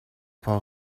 paul